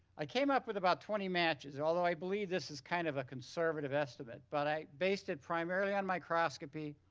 i came up with about twenty matches. although i believe this is kind of conservative estimate but i based it primarily on microscopy.